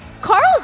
Carl's